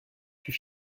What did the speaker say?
fut